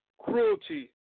cruelty